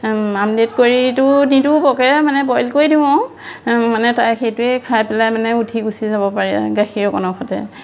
omelette কৰিটো নিদো বৰকে মানে বইল কৰি দিওঁ মানে তাই সেইটোৱে খাই পেলাই মানে উঠি গুচি যাব পাৰে গাখীৰ অকণৰ সতে